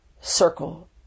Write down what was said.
circle